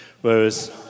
whereas